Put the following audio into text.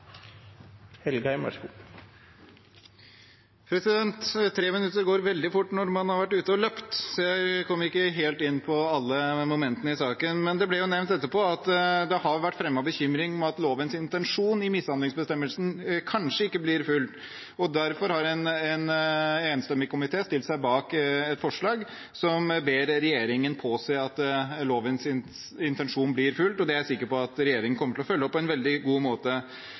veldig fort, så jeg kom ikke inn på riktig alle momentene i saken. Men det ble jo nevnt etterpå at det har vært fremmet bekymring om at lovens intensjon i mishandlingsbestemmelsen kanskje ikke blir fulgt. Derfor har en enstemmig komité stilt seg bak et forslag der man ber regjeringen påse at lovens intensjon blir fulgt, og det er jeg sikker på at regjeringen kommer til å følge opp på en veldig god måte.